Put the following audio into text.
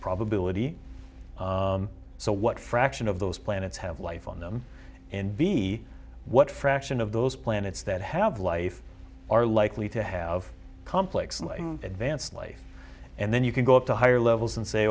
probability so what fraction of those planets have life on them and b what fraction of those planets that have life are likely to have complex and advanced life and then you can go up to higher levels and say